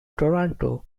toronto